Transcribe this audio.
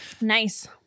Nice